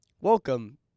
welcome